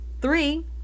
three